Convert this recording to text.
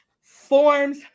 Forms